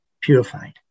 purified